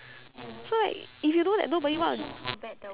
so like if you know that nobody want to